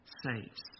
saves